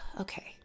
okay